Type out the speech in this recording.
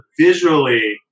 visually